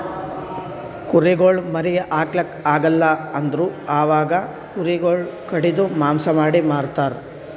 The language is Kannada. ಕುರಿಗೊಳ್ ಮರಿ ಹಾಕ್ಲಾಕ್ ಆಗಲ್ ಅಂದುರ್ ಅವಾಗ ಕುರಿ ಗೊಳಿಗ್ ಕಡಿದು ಮಾಂಸ ಮಾಡಿ ಮಾರ್ತರ್